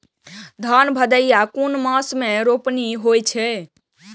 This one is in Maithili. धान भदेय कुन मास में रोपनी होय छै?